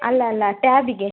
ಅಲ್ಲ ಅಲ್ಲ ಟ್ಯಾಬಿಗೆ